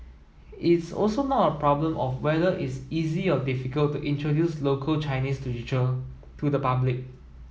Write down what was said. it's also not a problem of whether it's easy or difficult to introduce local Chinese literature to the public